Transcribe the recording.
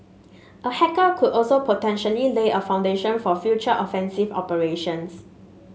a hacker could also potentially lay a foundation for future offensive operations